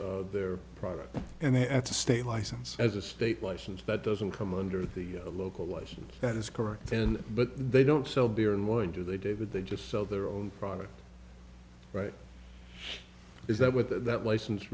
sells their product and it's a state license as a state license that doesn't come under the local license that is correct and but they don't sell beer and wine do they david they just sell their own product right is that what that license